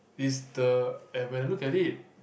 is the and when I look at it